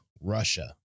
Russia